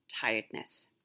tiredness